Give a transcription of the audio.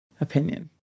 Opinion